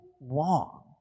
long